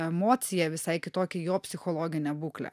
emociją visai kitokį jo psichologinę būklę